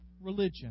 religion